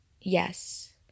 yes